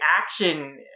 action